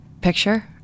picture